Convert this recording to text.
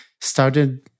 started